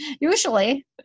Usually